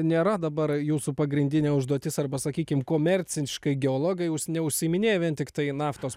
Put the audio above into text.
nėra dabar jūsų pagrindinė užduotis arba sakykime komerciškai geologai neužsiiminėja vien tiktai naftos